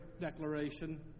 declaration